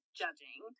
judging